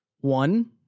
one